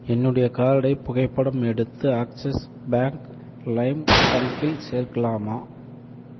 என்னுடைய கார்டை புகைப்படம் எடுத்து ஆக்ஸிஸ் பேங்க் லைம் கணக்கில் சேர்க்கலாமா